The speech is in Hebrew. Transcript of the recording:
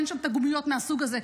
אין שם את הגומיות מהסוג הזה,